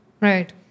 Right